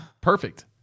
perfect